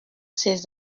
ses